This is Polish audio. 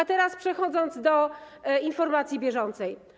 A teraz przechodzę do informacji bieżącej.